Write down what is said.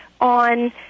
on